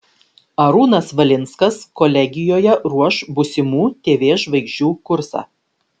arūnas valinskas kolegijoje ruoš būsimų tv žvaigždžių kursą